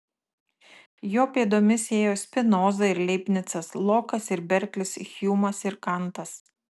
jo pėdomis ėjo spinoza ir leibnicas lokas ir berklis hjumas ir kantas